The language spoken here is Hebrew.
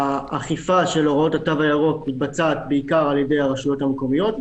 האכיפה של הוראות התו הירוק מתבצעת בעיקר על ידי הרשויות המקומיות.